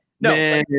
No